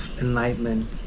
enlightenment